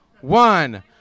one